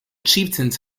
chieftains